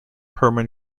herman